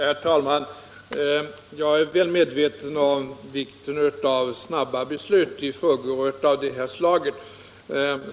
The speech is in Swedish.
Herr talman! Jag är väl medveten om vikten av snabba beslut i frågor av detta slag.